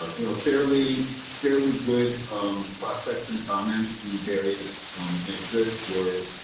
ah you know, fairly, fairly good um cross section of comments from various interest where.